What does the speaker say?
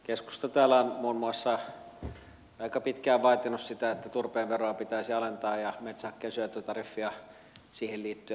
keskusta täällä on muun muassa aika pitkään vaatinut sitä että turpeen veroa pitäisi alentaa ja metsähakkeen syöttötariffia siihen liittyen nostaa